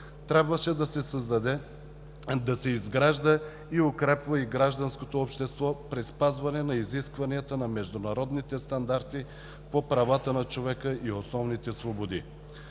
Трябваше да се изгражда и укрепва гражданското общество при спазване на изискванията на международните стандарти по правата на човека и основните свободи.